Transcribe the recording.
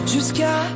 Jusqu'à